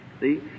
See